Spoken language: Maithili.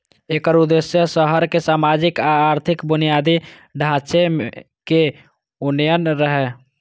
एकर उद्देश्य शहर मे सामाजिक आ आर्थिक बुनियादी ढांचे के उन्नयन रहै